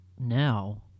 now